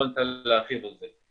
לא ניתן להרחיב על זה.